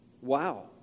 Wow